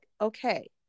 okay